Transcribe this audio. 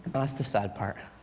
the sad part.